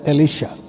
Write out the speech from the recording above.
Elisha